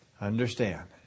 Understand